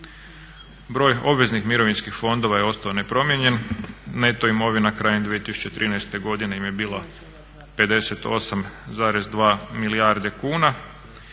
Broj obveznih mirovinskih fondova je ostao nepromijenjen, neto imovina krajem 2013.godine im je bila 58,2 milijarde kuna